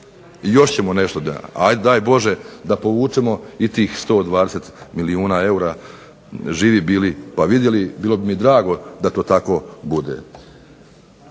Još ćemo nešto povući, ajde daj Bože da povučemo još 120 milijuna eura, živi bili pa vidjeli bilo bi nam drago da to bude.